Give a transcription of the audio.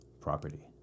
property